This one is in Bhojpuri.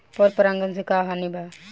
पर परागण से का हानि बा?